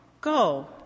Go